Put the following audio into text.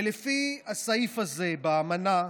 לפי הסעיף הזה באמנה,